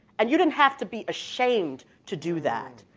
and you didn't have to be ashamed to do that.